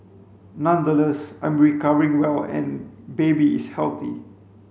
nonetheless I am recovering well and baby is healthy